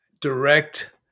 direct